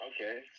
okay